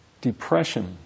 depression